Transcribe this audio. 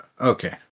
Okay